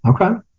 Okay